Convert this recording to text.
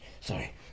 sorry